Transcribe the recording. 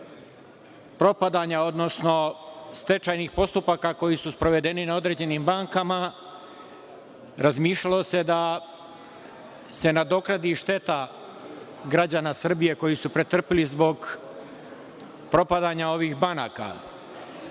propadanja, odnosno stečajnih postupaka koji su sprovedeni na određenim bankama, razmišljalo da se nadoknadi šteta građana Srbije koju su pretrpeli zbog propada ovih banaka. Naravno,